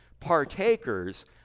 partakers